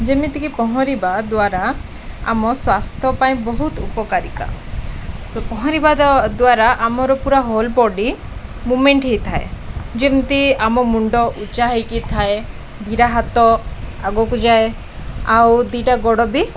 ଯେମିତିକି ପହଁରିବା ଦ୍ୱାରା ଆମ ସ୍ୱାସ୍ଥ୍ୟ ପାଇଁ ବହୁତ ଉପକାରିତା ପହଁରିବା ଦ ଦ୍ୱାରା ଆମର ପୁରା ହୋଲ୍ ବଡ଼ି ମୁମେଣ୍ଟ ହେଇଥାଏ ଯେମିତି ଆମ ମୁଣ୍ଡ ଉଚା ହେଇକି ଥାଏ ଦୁଇଟା ହାତ ଆଗକୁ ଯାଏ ଆଉ ଦୁଇଟା ଗୋଡ଼ ବି